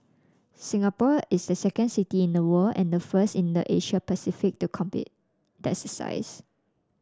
Singapore is the second city in the world and the first in the Asia Pacific to complete the exercise